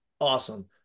awesome